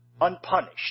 unpunished